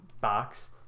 box